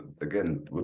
again